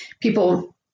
People